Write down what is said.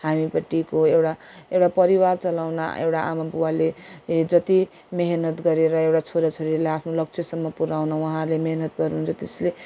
हामीपट्टिको एउटा एउटा परिवार चलाउन एउटा आमाबुबाले जति मिहिनेत गरेर एउटा छोराछोरीलाई आफ्नो लक्ष्यसम्म पुर्याउन उहाँहरूले मिहिनेत गर्नुहुन्छ त्यसले